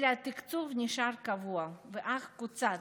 אלא שהתקצוב נשאר קבוע ואף קוצץ,